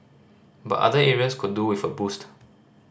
but other areas could do with a boost